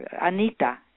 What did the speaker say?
Anita